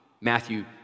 Matthew